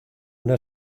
una